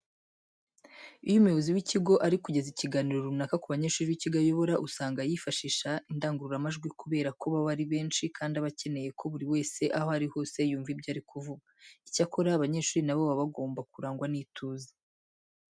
Iyo umuyobozi w'ikigo ari kugeza ikiganiro runaka ku banyeshuri b'ikigo ayobora usanga yifashisha indangururamajwi kubera ko baba ari benshi kandi aba akeneye ko buri wese aho ari hose yumva ibyo ari kuvuga. Icyakora abanyeshuri na bo baba bagomba kurangwa n'ituze.